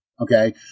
Okay